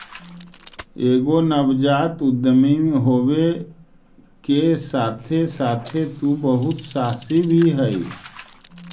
एगो नवजात उद्यमी होबे के साथे साथे तु बहुत सहासी भी हहिं